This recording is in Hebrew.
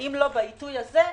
ואם לא בעיתוי הזה,